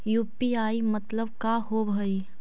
UPI मतलब का होब हइ?